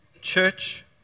church